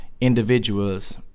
individuals